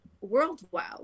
worldwide